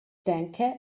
denke